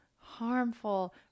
harmful